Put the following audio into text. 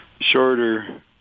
shorter